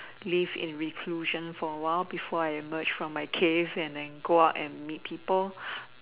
live in reclusion for a while before I emerge from my cave and then go out and meet people